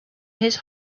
his